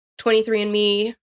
23andMe